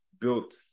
built